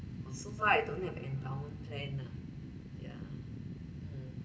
so far I don't have endowment plan ah ya